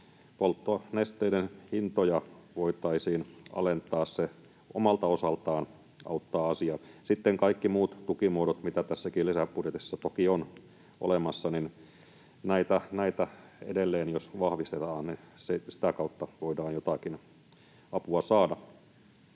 polttonesteiden hintoja voitaisiin alentaa. Se omalta osaltaan auttaa asiaa. Sitten kaikki muut tukimuodot, mitä tässäkin lisäbudjetissa toki on olemassa, niin näitä edelleen jos vahvistetaan, niin sitä kautta voidaan jotakin apua saada.